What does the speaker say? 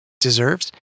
deserves